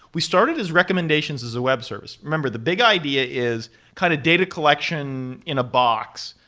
we started as recommendations as a web service. remember, the big idea is kind of data collection in a box,